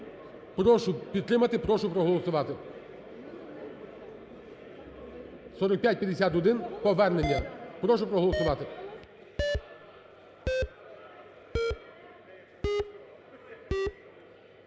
Прошу підтримати, прошу проголосувати 4551 повернення, прошу проголосувати.